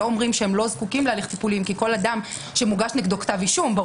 לא אומרים שהם לא זקוקים להליך טיפולי כי כל אדם שמוגש נגדו כתב אישום,